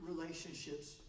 relationships